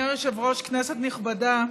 אדוני היושב-ראש, כנסת נכבדה,